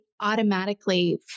automatically